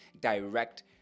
direct